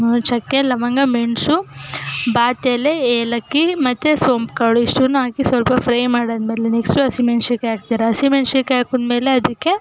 ಚಕ್ಕೆ ಲವಂಗ ಮೆಣಸು ಬಾತು ಎಲೆ ಏಲಕ್ಕಿ ಮತ್ತು ಸೋಂಪು ಕಾಳು ಇಷ್ಟನ್ನೂ ಹಾಕಿ ಸ್ವಲ್ಪ ಫ್ರೈ ಮಾಡಾದ್ಮೇಲೆ ನೆಕ್ಸ್ಟು ಹಸಿಮೆಣಸಿನ್ಕಾಯಿ ಹಾಕ್ತೀರಾ ಹಸಿಮೆಣಸಿನ್ಕಾಯಿ ಹಾಕಿದ್ಮೇಲೆ ಅದಕ್ಕೆ